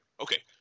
Okay